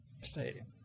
stadium